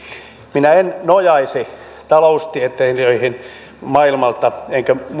minä en nojaisi taloustieteilijöihin maailmalta enkä